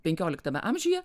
penkioliktame amžiuje